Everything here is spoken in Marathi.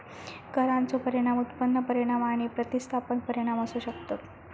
करांचो परिणाम उत्पन्न परिणाम आणि प्रतिस्थापन परिणाम असू शकतत